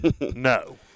No